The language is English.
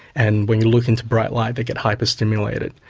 and when you look into bright light they get hyperstimulated.